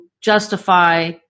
justify